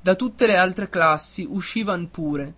da tutte le altre classi uscivan pure